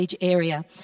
area